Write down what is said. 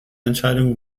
entscheidung